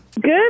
Good